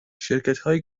شرکتهایی